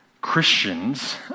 Christians